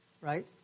right